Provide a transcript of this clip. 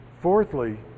fourthly